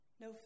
No